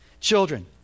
Children